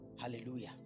Hallelujah